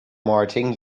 martin